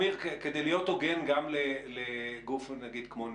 כדי להיות הוגן גם כלפי גוף כמו נת"ע.